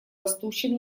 растущем